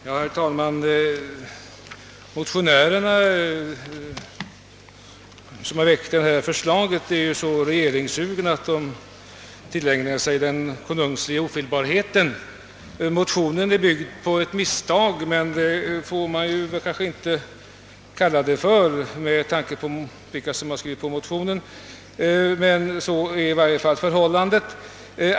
Herr talman! De motionärer som väckt detta förslag är så regeringssugna att de tillägnat sig den konungsliga ofelbarheten. Motionen grundas på ett misstag, men man får kanske inte kalla det för ett misstag med tanke på dem som har skrivit under den. Så är emellertid förhållandet.